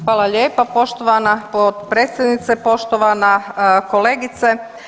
Hvala lijepa poštovana potpredsjednice, poštovana kolegice.